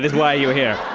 why you're here.